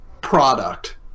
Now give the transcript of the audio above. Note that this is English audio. product